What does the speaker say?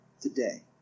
today